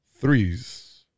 threes